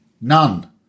none